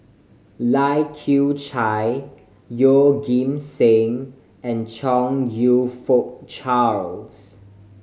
Lai Kew Chai Yeoh Ghim Seng and Chong You Fook Charles